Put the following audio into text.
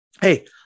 hey